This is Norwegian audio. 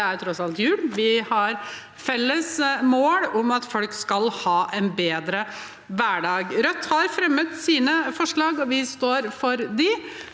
Det er tross alt jul. Vi har et felles mål om at folk skal ha en bedre hverdag. Rødt har fremmet sine forslag, og vi står for dem.